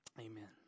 Amen